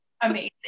amazing